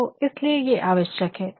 तो इसलिए ये आवश्यक है